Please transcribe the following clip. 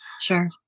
Sure